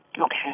Okay